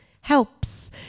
helps